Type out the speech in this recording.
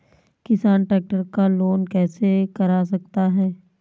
किसान ट्रैक्टर का लोन कैसे करा सकता है?